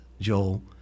Joel